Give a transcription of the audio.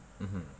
mmhmm